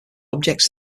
objects